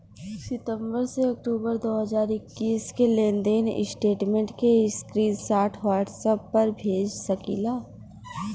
सितंबर से अक्टूबर दो हज़ार इक्कीस के लेनदेन स्टेटमेंट के स्क्रीनशाट व्हाट्सएप पर भेज सकीला?